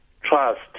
trust